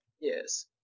Yes